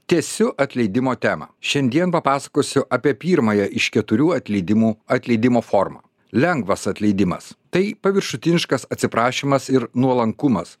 tęsiu atleidimo temą šiandien papasakosiu apie pirmąją iš keturių atleidimų atleidimo formą lengvas atleidimas tai paviršutiniškas atsiprašymas ir nuolankumas